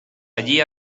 allí